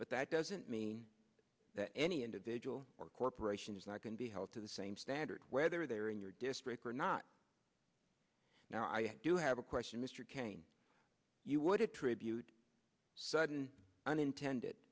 but that doesn't mean that any individual or corporation is not going to be held to the same standard whether they're in your district or not now i do have a question mr kane you would attribute sudden unintended